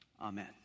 Amen